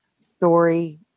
story